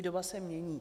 Doba se mění.